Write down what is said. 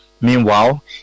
Meanwhile